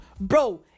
bro